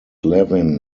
levin